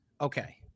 Okay